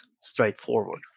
straightforward